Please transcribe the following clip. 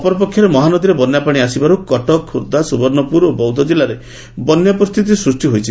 ଅପରପକ୍ଷରେ ମହାନଦୀରେ ବନ୍ୟାପାଣି ଆସିବାରୁ କଟକ ଖୋର୍ବ୍ଧା ସୁବର୍ଷ୍ପୁର ଓ ବୌଦ୍ଧ କିଲ୍ଲାରେ ବନ୍ୟା ପରିସ୍ରିତି ସୂଷି ହୋଇଛି